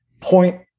point